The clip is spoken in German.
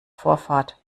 vorfahrt